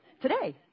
today